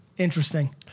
Interesting